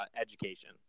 education